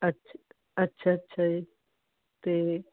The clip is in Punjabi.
ਅੱਛ ਅੱਛਾ ਅੱਛਾ ਜੀ ਅਤੇ